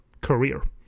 career